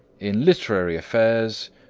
in literary affairs,